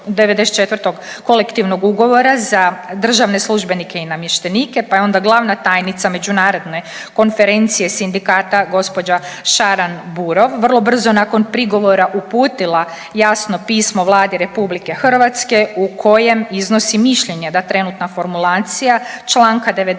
94. kolektivnog ugovora za državne službenike i namještenike, pa je onda glavna tajnica Međunarodne konferencije Sindikata gospođa Šaran Burov vrlo brzo nakon prigovora uputila jasno pismo Vladi Republike Hrvatske u kojem iznosi mišljenje da trenutna formulacija članka 94.